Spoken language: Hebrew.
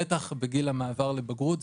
בטח בגיל המעבר לבגרות.